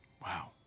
Wow